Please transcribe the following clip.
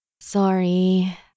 Sorry